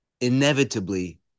inevitably